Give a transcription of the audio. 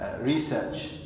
research